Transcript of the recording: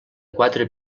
quatre